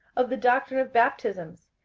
of the doctrine of baptisms,